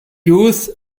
youth